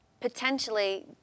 potentially